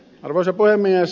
arvoisa puhemies